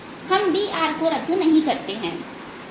हम d r को नहीं रद्द करते हैं